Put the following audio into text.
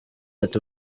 ati